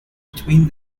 between